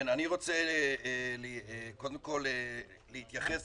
אני רוצה, קודם כול, להתייחס